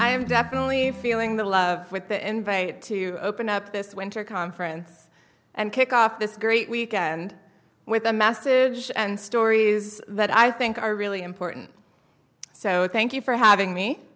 am definitely feeling the love with the invite to open up this winter conference and kick off this great weekend with a massive ship and stories that i think are really important so thank you for having me